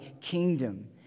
kingdom